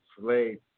slave